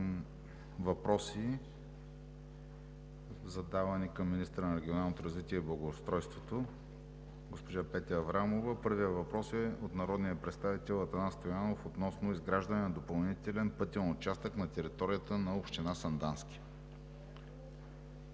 въпроси, зададени към министъра на регионалното развитие и благоустройството госпожа Петя Аврамова. Първият въпрос е от народния представител Атанас Стоянов относно изграждане на допълнителен пътен участък на територията на община Сандански.